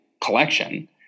collection